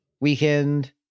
weekend